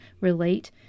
relate